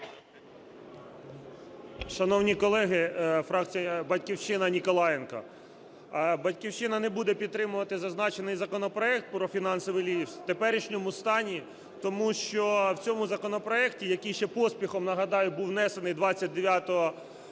Шановні колеги! Фракція "Батьківщина", Ніколаєнко. "Батьківщина" не буде підтримувати зазначений законопроект про фінансовий лізинг в теперішньому стані, тому що в цьому законопроекті, який ще поспіхом, нагадаю, був внесений 29 серпня,